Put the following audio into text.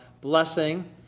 blessing